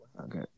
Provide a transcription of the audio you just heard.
Okay